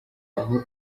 aho